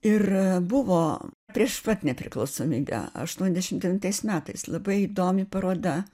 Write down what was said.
ir buvo prieš pat nepriklausomybę aštuoniasdešim devintais metais labai įdomi paroda